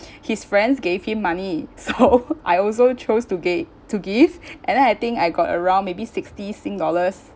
his friends gave him money so I also chose to ga~ to give and then I think I got around maybe sixty sing dollars